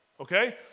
okay